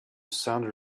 sounded